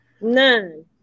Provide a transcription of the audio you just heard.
none